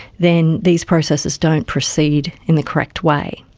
then these processes don't proceed in the correct way.